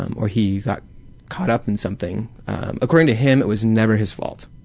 um or he got caught up in something according to him it was never his fault.